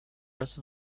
rest